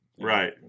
Right